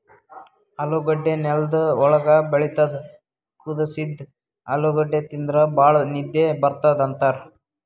ಆಲೂಗಡ್ಡಿ ನೆಲ್ದ್ ಒಳ್ಗ್ ಬೆಳಿತದ್ ಕುದಸಿದ್ದ್ ಆಲೂಗಡ್ಡಿ ತಿಂದ್ರ್ ಭಾಳ್ ನಿದ್ದಿ ಬರ್ತದ್ ಅಂತಾರ್